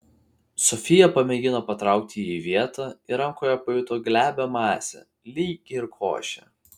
sofija pamėgino patraukti jį į vietą ir rankoje pajuto glebią masę lyg ir košę